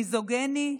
מיזוגיני,